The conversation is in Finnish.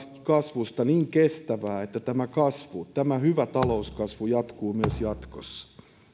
kasvusta niin kestävää että tämä kasvu tämä hyvä talouskasvu jatkuu myös jatkossa